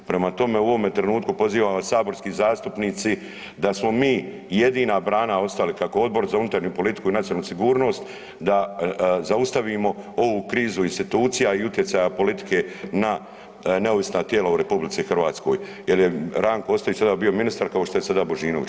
Prema tome, u ovome trenutku pozivam vas saborski zastupnici da smo mi jedina brana ostali kako Odbor za unutarnju politiku i nacionalnu sigurnost da zaustavimo ovu krizu institucija i utjecaja politike na neovisna tijela u RH jer je Ranko Ostojić tada bio ministar kao što je sada Božinović.